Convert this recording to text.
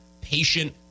patient